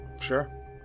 sure